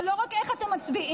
אבל לא רק איך אתם מצביעים,